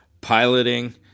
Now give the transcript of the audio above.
piloting